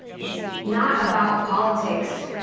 it's not about politics.